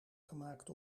gemaakt